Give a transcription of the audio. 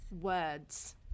Words